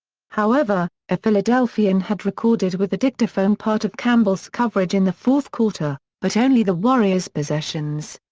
however, a philadelphian had recorded with a dictaphone part of campbell's coverage in the fourth quarter, but only the warriors possessions.